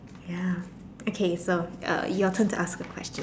ya okay so uh your turn to ask a question